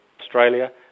Australia